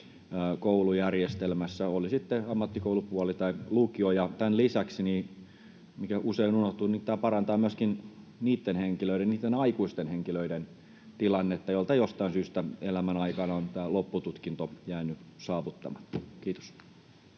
koulujärjestelmässä — oli sitten ammattikoulussa tai lukiossa. Lisäksi, mikä usein unohtuu, tämä parantaa myöskin niitten aikuisten henkilöiden tilannetta, joilta jostain syystä elämän aikana on loppututkinto jäänyt saavuttamatta. — Kiitos.